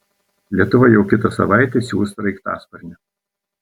lietuva jau kitą savaitę siųs sraigtasparnį